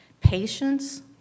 patience